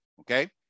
okay